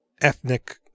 ethnic